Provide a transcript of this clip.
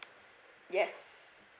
yes